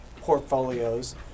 portfolios